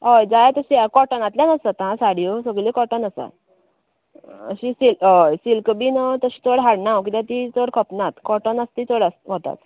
हय जाय तशें आहा काॅटनांतल्यान आसात आं साडयो सगल्यो काॅटनांतल्यान आसा अशीं सिल्क होय सिल्क बीन अशी चड हाडना हांव कित्याक ती चड खपनांत काॅटन मात्शी चड आस वतात